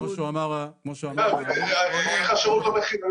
איך השירות לא בחינם?